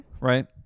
Right